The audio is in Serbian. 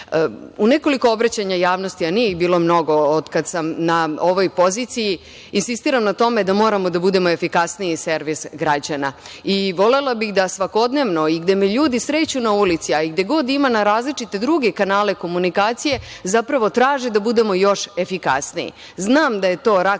nekoliko obraćanja javnosti, a nije ih bilo mnogo od kada sam na ovoj poziciji insistiram na tome da moramo da budemo efikasniji servis građana i volela bih da svakodnevno da me ljudi sreću na ulici, a i gde god ima na različite druge kanale komunikacije zapravo traže da bude još efikasniji. Znam da je to rak